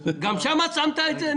גם שם קבעת את זה?